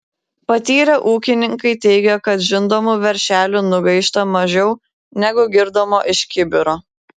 patyrę ūkininkai teigia kad žindomų veršelių nugaišta mažiau negu girdomų iš kibiro